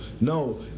no